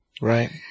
Right